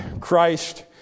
Christ